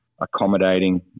accommodating